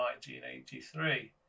1983